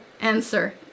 answer